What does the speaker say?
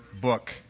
book